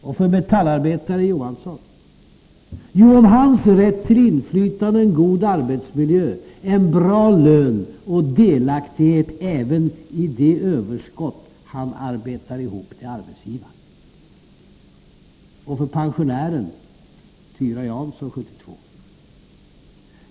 Och för metallarbetare Johansson? Jo, om hans rätt till inflytande och god arbetsmiljö, bra lön, och även delaktighet i det överskott han arbetar ihop till arbetsgivaren. Och för pensionären Tyra Jansson, 72 år?